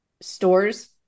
stores